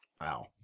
Wow